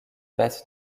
batte